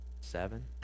Seven